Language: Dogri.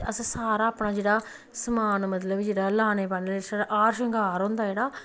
असें सारा अपना जेह्ड़ा समान मतलब जेह्ड़ा लाने पाने साढ़ा हार श्रृगांर होंदा ऐ जेह्ड़ा